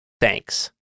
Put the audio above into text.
Thanks